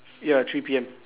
ya three P_M